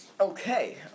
Okay